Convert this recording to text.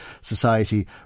society